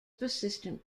persistent